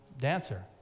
dancer